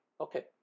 okay